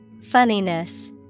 Funniness